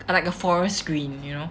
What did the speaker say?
ah like a forest green you know